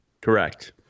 Correct